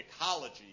ecology